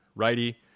Righty